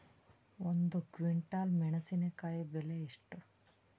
ಒಂದು ಕ್ವಿಂಟಾಲ್ ಮೆಣಸಿನಕಾಯಿ ಬೆಲೆ ಎಷ್ಟು?